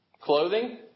Clothing